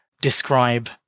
describe